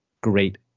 great